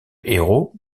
héros